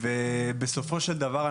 בסופו של דבר,